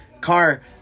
car